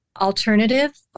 alternative